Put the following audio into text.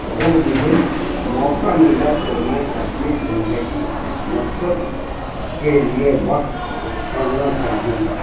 اگر مجھے موقع ملا تو میں اپنی زندگی اس مقصد کے لیے وقف کرنا چاہوں گا